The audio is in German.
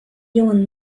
jungen